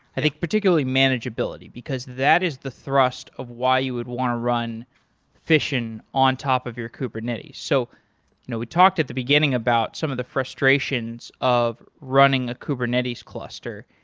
i think particularly manageability, because that is the thrust of why you would want to run fission on top of your kubernetes. so you know we talked at the beginning about some of the frustrations of running a kubernetes cluster.